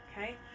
okay